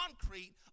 concrete